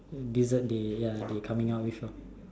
dessert they ya they coming out with lor